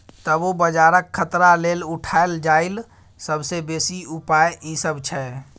तबो बजारक खतरा लेल उठायल जाईल सबसे बेसी उपाय ई सब छै